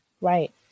Right